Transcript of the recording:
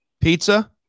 pizza